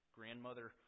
grandmother